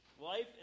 Life